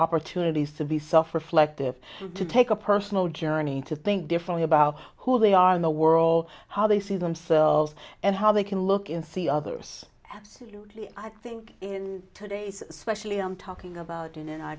opportunities to be softer flecked they have to take a personal journey to think differently about who they are in the world how they see themselves and how they can look and see others absolutely i think in today's especially i'm talking about in an